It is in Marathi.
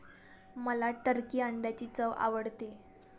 मला टर्की अंड्यांची चव आवडते